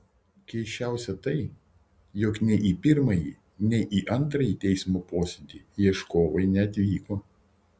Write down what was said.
keisčiausia tai jog nei į pirmąjį nei į antrąjį teismo posėdį ieškovai neatvyko